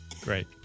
Great